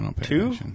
two